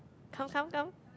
come come come